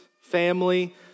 family